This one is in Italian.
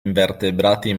invertebrati